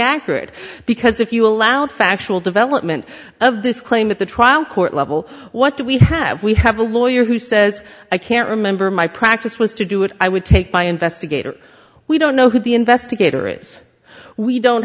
accurate because if you allow the factual development of this claim at the trial court level what do we have we have a lawyer who says i can't remember my practice was to do it i would take by investigator we don't know who the investigator is we don't